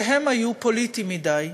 שהיה פוליטי מדי.